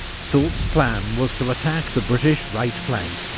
soult's plan was to attack the british right flank,